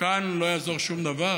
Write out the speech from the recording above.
וכאן לא יעזור שום דבר: